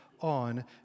on